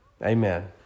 Amen